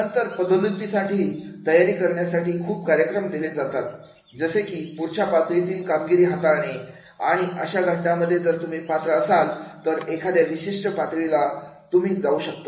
नंतर पदोन्नती साठी तयारी यासाठी खूप कार्यक्रम दिले जातात जसे की पुढच्या पातळीतील कामगिरी हाताळणे आणि अशा घटनांमध्ये जर तुम्ही पात्र असाल तर एखाद्या विशिष्ट पातळीला तुम्ही जाऊ शकता